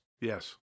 Yes